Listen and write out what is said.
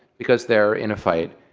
because they're in a fight.